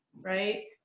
right